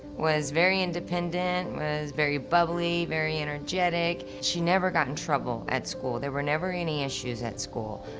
was very independent, was very bubbly, very energetic. she never got in trouble at school. there were never any issues at school.